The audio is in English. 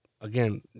Again